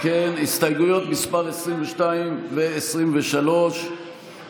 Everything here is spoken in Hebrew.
אם כן, הסתייגויות מס' 22 ו-23 הוסרו.